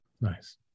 Nice